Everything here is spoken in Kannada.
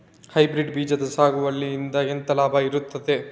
ಹೈಬ್ರಿಡ್ ಬೀಜದ ಸಾಗುವಳಿಯಿಂದ ಎಂತ ಲಾಭ ಇರ್ತದೆ?